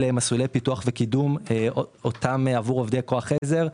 מסלולי פיתוח וקידום עבור עובדי כוח עזר,